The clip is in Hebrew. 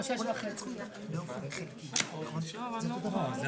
או שהתנגדותו נובעת מפיצול הדירה שבבעלותו לדירה אחת נוספת לפחות,